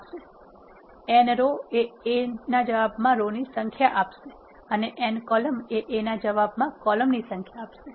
n row of A એ જવાબ માં રો ની સંખ્યા આપશે અને n column of A એ જવાબ માં કોલમ ની સંખ્યા આપશે